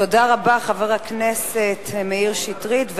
תודה רבה, חבר הכנסת מאיר שטרית.